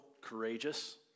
courageous